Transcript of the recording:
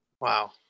Wow